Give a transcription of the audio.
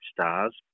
stars